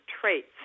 traits